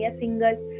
singers